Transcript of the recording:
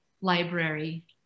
library